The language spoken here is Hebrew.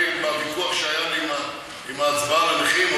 בוויכוח שהיה לי בהצבעה על הנכים,